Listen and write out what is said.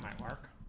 mark